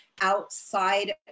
outside